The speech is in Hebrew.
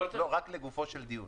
לגופו של דיון,